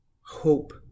hope